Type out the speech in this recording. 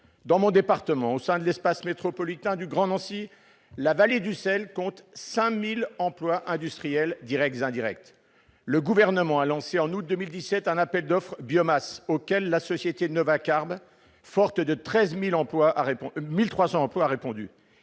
Dans mon département, au sein de l'espace métropolitain du Grand Nancy, la vallée du sel compte 5 000 emplois industriels, directs et indirects. Le Gouvernement a lancé en août 2017 un appel d'offres biomasse, auquel la société Novacarb, forte de 1 300 emplois, a répondu.